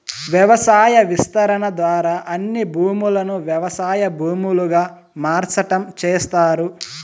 వ్యవసాయ విస్తరణ ద్వారా అన్ని భూములను వ్యవసాయ భూములుగా మార్సటం చేస్తారు